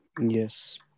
Yes